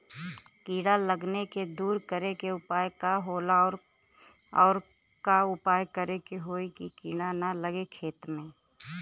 कीड़ा लगले के दूर करे के उपाय का होला और और का उपाय करें कि होयी की कीड़ा न लगे खेत मे?